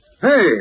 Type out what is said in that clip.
Hey